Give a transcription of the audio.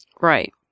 Right